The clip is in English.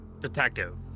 detective